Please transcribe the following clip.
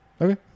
Okay